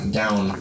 down